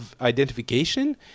identification